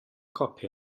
copi